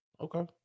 Okay